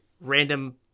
random